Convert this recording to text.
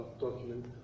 document